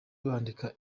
bandika